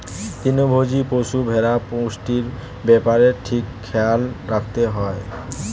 তৃণভোজী পশু, ভেড়ার পুষ্টির ব্যাপারে ঠিক খেয়াল রাখতে হয়